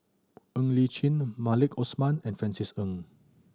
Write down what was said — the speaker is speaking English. Ng Li Chin Maliki Osman and Francis Ng